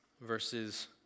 verses